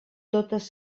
totes